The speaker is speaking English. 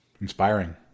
Inspiring